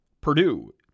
Purdue